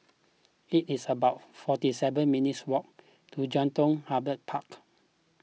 it is about forty seven minutes' walk to Jelutung Harbour Park